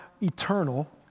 eternal